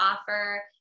offer